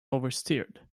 oversteered